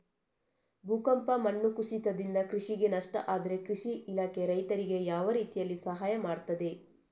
ಭೂಕಂಪ, ಮಣ್ಣು ಕುಸಿತದಿಂದ ಕೃಷಿಗೆ ನಷ್ಟ ಆದ್ರೆ ಕೃಷಿ ಇಲಾಖೆ ರೈತರಿಗೆ ಯಾವ ರೀತಿಯಲ್ಲಿ ಸಹಾಯ ಮಾಡ್ತದೆ?